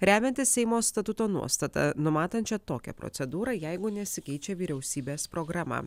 remiantis seimo statuto nuostata numatančia tokią procedūrą jeigu nesikeičia vyriausybės programa